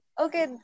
Okay